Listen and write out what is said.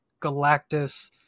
Galactus